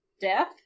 death